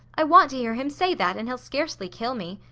i want to hear him say that, and he'll scarcely kill me.